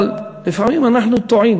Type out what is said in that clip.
אבל לפעמים אנחנו טועים.